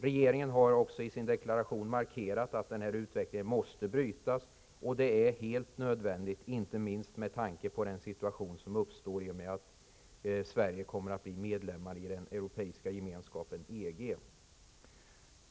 Regeringen har också i sin deklaration markerat att denna utveckling måste brytas. Detta är helt nödvändigt, inte minst med tanke på den nya situation som uppstår i och med att Sverige kommer att bli medlem i EG.